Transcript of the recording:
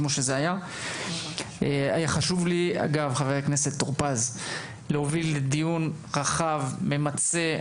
היה חשוב לי להוביל דיון רחב וממצה.